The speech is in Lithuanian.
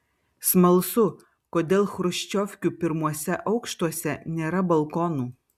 smalsu kodėl chruščiovkių pirmuose aukštuose nėra balkonų